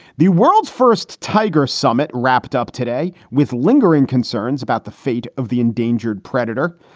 the world's first tiger summit wrapped up today with lingering concerns about the fate of the endangered predator.